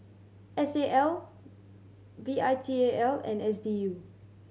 S A L V I T A L and S D U